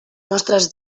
nostres